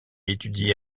étudie